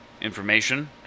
information